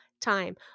time